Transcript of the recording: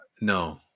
no